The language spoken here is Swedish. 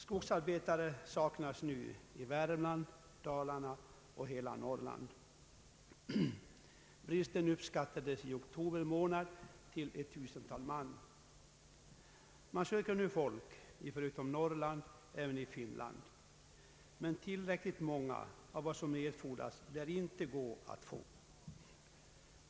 | Skogsarbetare saknas nu i Värmland, Dalarna och hela Norrland. Bristen uppskattades i oktober månad till ett tusental man, Förutom i Norrland söker man nu folk även i Finland. Men tillräckligt många skogsarbetare lär inte gå att få.